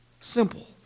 Simple